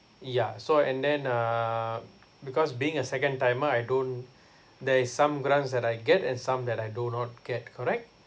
yeah so and then uh because being a second timer I don't there is some grants that I get and some that I do not get correct